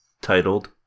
titled